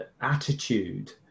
attitude